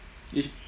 it's